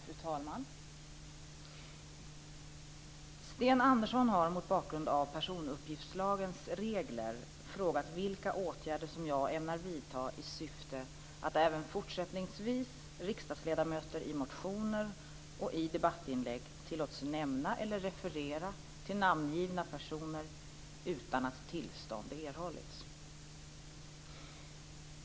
Fru talman! Sten Andersson har mot bakgrund av personuppgiftslagens regler frågat vilka åtgärder jag ämnar vidta i syfte att även fortsättningsvis riksdagsledamöter i motioner och debattinlägg tillåts nämna eller referera till namngivna personer utan att tillstånd erhålls.